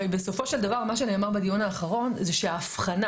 הרי בסופו של דבר מה שנאמר בדיון האחרון הוא שההבחנה